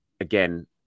again